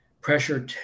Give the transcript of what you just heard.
pressure